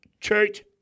Church